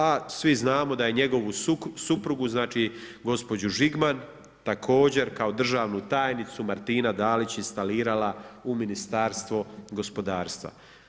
A svi znamo da je njegovu suprugu, znači gospođu Žigman također kao državnu tajnicu Martina Dalić instalirala u Ministarstvo gospodarstva.